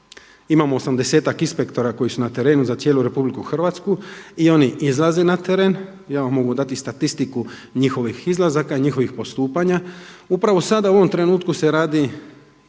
osamdesetak inspektora koji su na trenu za cijelu RH i oni izlaze na teren. Ja vam mogu dati statistiku njihovih izlazaka, njihovih postupanja. Upravo sada u ovom trenutku se radi